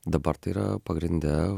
dabar tai yra pagrinde